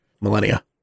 millennia